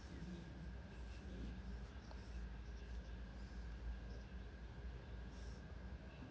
mmhmm